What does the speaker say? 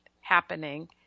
happening